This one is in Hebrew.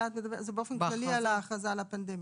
אלא באופן כללי בהכרזה על הפנדמיה.